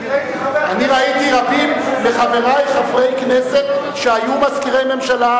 אני ראיתי רבים מחברי חברי הכנסת שהיו מזכירי ממשלה,